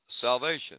salvation